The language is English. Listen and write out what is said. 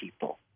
people